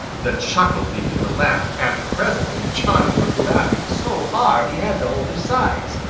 the chuckle became a laugh, and presently johnny was laughing so hard he had to hold his sides.